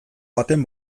baten